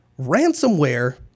ransomware